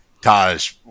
Taj –